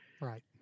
Right